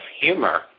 humor